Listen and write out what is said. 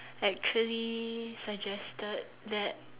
actually suggested that